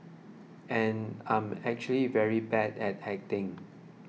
and I'm actually very bad at acting